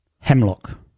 Hemlock